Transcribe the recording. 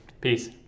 Peace